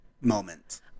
moment